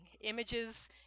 Images